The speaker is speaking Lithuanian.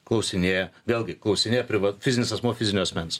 klausinėja vėlgi klausinėja priva fizinis asmuo fizinio asmens